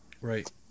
Right